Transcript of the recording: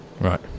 Right